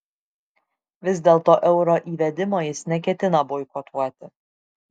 vis dėlto euro įvedimo jis neketina boikotuoti